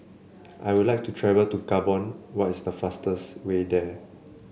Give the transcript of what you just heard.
I would like to travel to Gabon what is the fastest way there